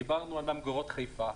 דיברנו על ממגורות חיפה.